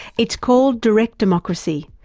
it's called direct democracy,